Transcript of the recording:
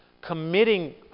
committing